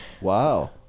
Wow